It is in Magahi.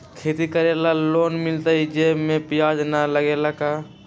खेती करे ला लोन मिलहई जे में ब्याज न लगेला का?